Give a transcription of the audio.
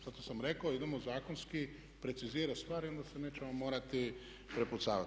Zato sam rekao idemo zakonski precizirati stvar i onda se nećemo morati prepucavati.